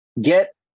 get